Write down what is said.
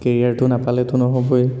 কেৰিয়াৰটো নাপালেটো নহ'বই